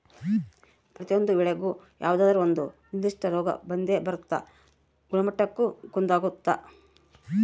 ಪ್ರತಿಯೊಂದು ಬೆಳೆಗೂ ಯಾವುದಾದ್ರೂ ಒಂದು ನಿರ್ಧಿಷ್ಟ ರೋಗ ಬಂದೇ ಬರ್ತದ ಗುಣಮಟ್ಟಕ್ಕ ಕುಂದಾಗುತ್ತ